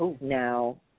now